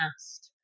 past